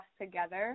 together